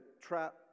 trap